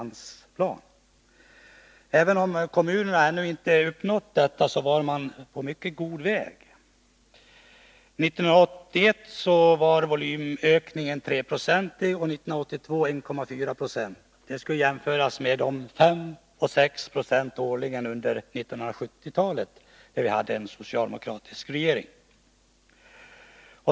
Även om kommunerna ännu inte uppnått detta, var man på god väg. 1981 var volymökningen 3 20 och 1982 1,4 96. Det skall jämföras med 5-6 26 årligen under 1970-talet.